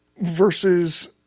versus